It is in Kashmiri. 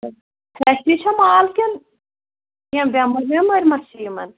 اَسہِ نِش چھا مال کِنہٕ کیٚنہہ بٮ۪مٲرۍ وٮ۪مٲرۍ ما چھِ یِمَن